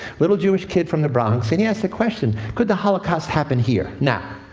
little jewish kid from the bronx, and he asked the question, could the holocaust happen here, now?